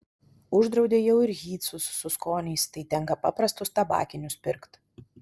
uždraudė jau ir hytsus su skoniais tai tenka paprastus tabakinius pirkt